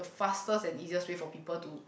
fastest and easiest way for people to